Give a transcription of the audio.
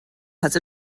has